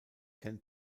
ken